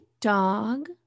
dog